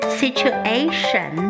situation